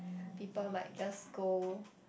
people might just go